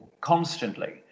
constantly